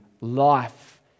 Life